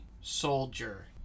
soldier